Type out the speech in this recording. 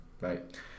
right